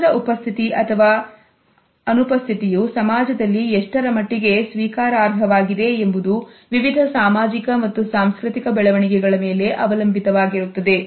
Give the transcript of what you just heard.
ಸ್ಪರ್ಶದ ಉಪಸ್ಥಿತಿ ಅಥವಾ ಉಪಸ್ಥಿತಿಯು ಸಮಾಜದಲ್ಲಿ ಎಷ್ಟರಮಟ್ಟಿಗೆ ಸ್ವೀಕಾರಾರ್ಹವಾಗಿವೆ ಎಂಬುದು ವಿವಿಧ ಸಾಮಾಜಿಕ ಮತ್ತು ಸಾಂಸ್ಕೃತಿಕ ಬೆಳವಣಿಗೆಗಳ ಮೇಲೆ ಅವಲಂಬಿತವಾಗಿರುತ್ತದೆ